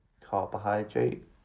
carbohydrate